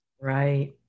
Right